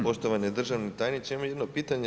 Poštovani državni tajniče, imam jedno pitanje.